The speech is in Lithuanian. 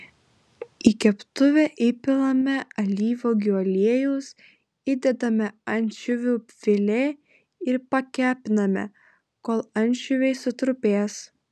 į keptuvę įpilame alyvuogių aliejaus įdedame ančiuvių filė ir pakepiname kol ančiuviai sutrupės